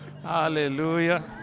hallelujah